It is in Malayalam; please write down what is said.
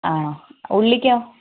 ഉള്ളിക്കോ